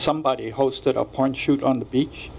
somebody hosted a porn shoot on the beach